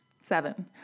Seven